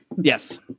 Yes